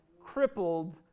crippled